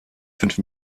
fünf